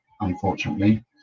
unfortunately